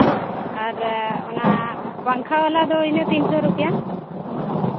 ᱟᱨ ᱚᱱᱟ ᱯᱟᱝᱠᱷᱟ ᱵᱟᱞᱟ ᱫᱚ ᱤᱱᱟᱹ ᱛᱤᱱ ᱥᱚ ᱨᱩᱯᱭᱟ